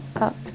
up